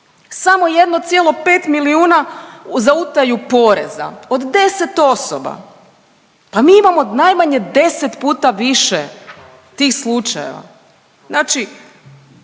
Samo 1,5 milijuna za utaju poreza od 10 osoba, pa mi imamo najmanje 10 puta više tih slučajeva. Znači